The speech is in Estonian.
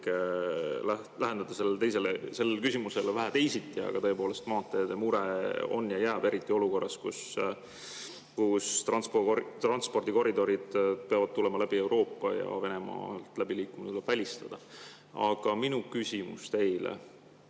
läheneda sellele küsimusele vähe teisiti. Aga tõepoolest, maanteede mure on ja jääb, eriti olukorras, kus transpordikoridorid peavad tulema läbi Euroopa ja Venemaalt läbiliikumine tuleb välistada. Aga minu küsimus teile